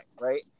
right